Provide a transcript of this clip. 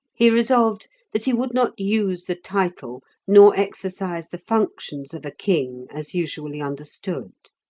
he resolved that he would not use the title, nor exercise the functions of a king as usually understood.